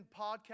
podcast